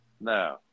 No